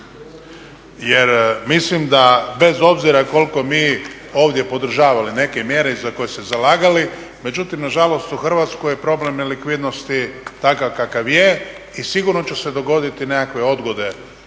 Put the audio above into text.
Jer mislim da bez obzira koliko mi ovdje podržavali neke mjere za koje se zalagali, međutim na žalost u Hrvatskoj je problem nelikvidnosti takav kakav je i sigurno će se dogoditi nekakve odgode